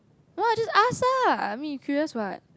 you want you just ask lah I mean you curious what